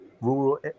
rural